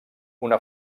una